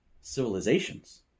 civilizations